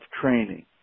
training